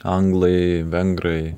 anglai vengrai